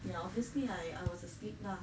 ya obviously I I was asleep lah